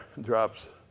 drops